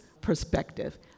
perspective